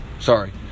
sorry